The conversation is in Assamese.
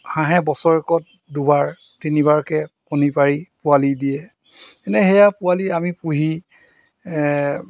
হাঁহে বছৰেকত দুবাৰ তিনিবাৰকৈ কণী পাৰি পোৱালি দিয়ে এনেই সেইয়া পোৱালি আমি পুহি